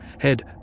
head